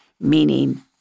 meaning